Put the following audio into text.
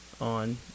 on